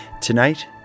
Tonight